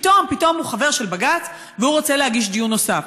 פתאום הוא חבר של בג"ץ והוא רוצה להגיש דיון נוסף.